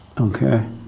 Okay